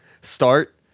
start